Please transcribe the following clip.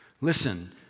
Listen